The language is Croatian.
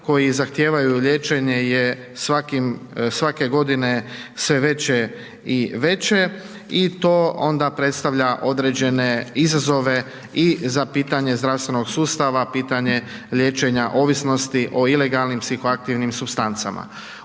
koji zahtijevaju liječenje je svakim, svake godine sve veće i veće i to onda predstavlja određene izazove i za pitanje zdravstvenog sustava, pitanje liječenja ovisnosti o ilegalnim psihoaktivnim supstancama.